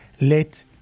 let